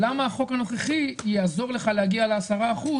למה החוק הנוכחי יעזור לך להגיע ל-10 אחוז